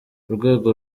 urwego